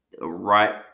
right